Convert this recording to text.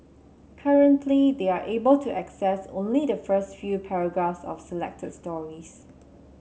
currently they are able to access only the first few paragraphs of selected stories